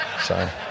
Sorry